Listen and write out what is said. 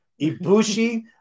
Ibushi